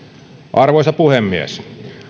arvoisa puhemies